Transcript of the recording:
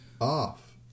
off